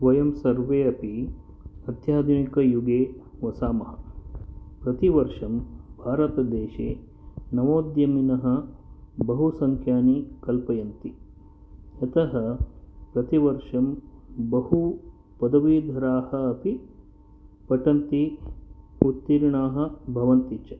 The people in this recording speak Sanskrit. वयं सर्वे अपि अत्याधुनिकयुगे वसामः प्रतिवर्षं भारतदेशे नवोद्यमिनः बहुसङ्ख्यानि कल्पयन्ति अतः प्रतिवर्षं बहु पदवीधराः अपि पठन्ति उत्तीर्णाः भवन्ति च